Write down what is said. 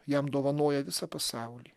jam dovanoja visą pasaulį